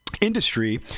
industry